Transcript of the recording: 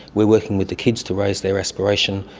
we are working with the kids to raise their aspiration.